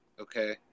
Okay